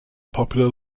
popular